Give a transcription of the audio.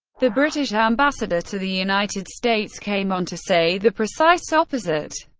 the british ambassador to the united states, came on to say the precise opposite.